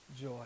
joy